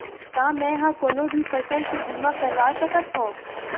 का मै ह कोनो भी फसल के बीमा करवा सकत हव?